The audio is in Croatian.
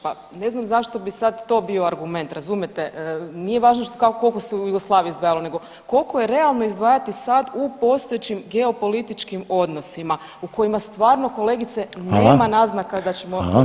Pa ne znam zašto bi sad to bio argument, razumijete, nije važno koliko se u Jugoslaviji izdvajalo nego koliko je realno izdvajati sad u postojećim geopolitičkim odnosima u kojima stvarno kolegice nema [[Upadica: Hvala.]] naznaka da ćemo ratovati s nekim.